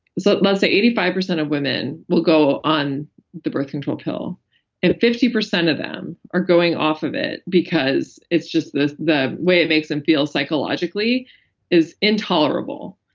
so let's say eighty five percent of women will go on the birth control pill and fifty percent of them are going off of them because it's just the the way it makes them feel psychologically is intolerable.